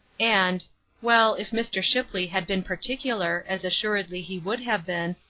and well, if mr. shipley had been particular, as assuredly he would have been,